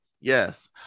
Yes